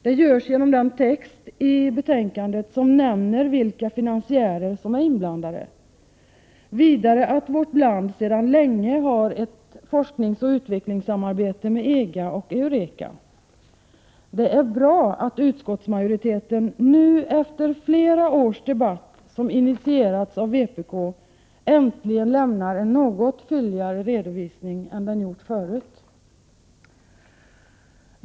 Det görs genom den text i betänkandet där de finansiärer som är inblandade nämns. Vidare sägs att vårt land sedan länge har ett forskningsoch utvecklingssamarbete med EG och Eureka. Det är bra att utskottsmajoriteten nu — efter flera års debatt, som har initierats av vpk — äntligen lämnar en något fylligare redovisning än den har gjort förut.